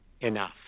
Enough